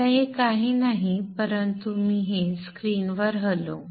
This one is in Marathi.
आता हे काही नाही परंतु मी ही स्क्रीन वर हलवू